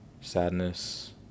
sadness